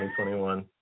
2021